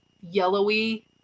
yellowy